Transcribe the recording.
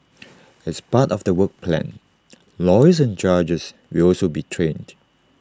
as part of the work plan lawyers and judges will also be trained